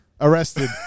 arrested